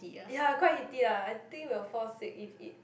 ya quite heaty ah I think will fall sick if eat